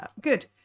Good